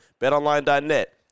BetOnline.net